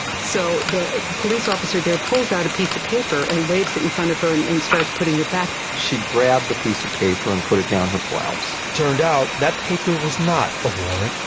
so the police officer there pulls out a piece of paper and waves it in front of her and starts putting it back. she grabbed the piece of paper and put it down her blouse. turned out, that paper was not a warrant.